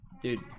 dude